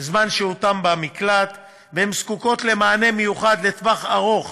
בזמן שהותן במקלט והן זקוקות למענה מיוחד לטווח ארוך